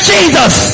Jesus